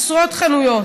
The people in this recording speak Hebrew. עשרות חנויות,